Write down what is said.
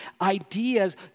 ideas